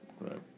Right